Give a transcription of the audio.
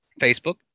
Facebook